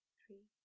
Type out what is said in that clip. three